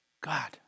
God